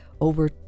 Over